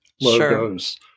logos